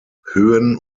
höhen